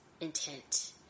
intent